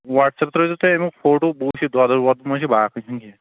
what's app ترٛٲوۍزیٚو تُہۍ امیُک فوٹوٗ بہٕ وُچھٕ یہِ دۄدُر وۄدُر ما چھُ باقٕے چھُنہٕ کہیٖنٛۍ